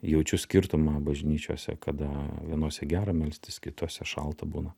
jaučiu skirtumą bažnyčiose kada vienose gera melstis kitose šalta būna